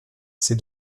ses